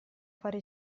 fare